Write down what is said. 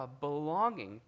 belonging